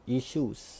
issues